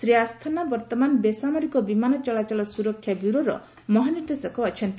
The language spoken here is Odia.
ଶ୍ରୀ ଆସ୍ଥାନା ବର୍ତ୍ତମାନ ବେସାମରିକ ବିମାନ ଚଳାଚଳ ସୁରକ୍ଷା ବ୍ୟୁରୋର ଡିଜି ଅଛନ୍ତି